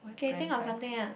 can you think of something else